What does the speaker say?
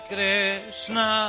Krishna